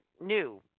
new